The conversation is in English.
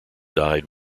died